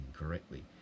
incorrectly